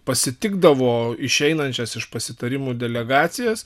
pasitikdavo išeinančias iš pasitarimų delegacijas